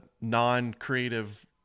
non-creative